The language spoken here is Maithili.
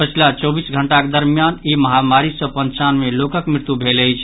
पछिला चौबीस घंटाक दरमियान ई महामारी सँ पंचानवे लोकक मृत्यू भेल अछि